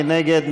מי נגד?